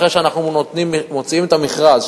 אחרי שאנחנו מוציאים את המכרז,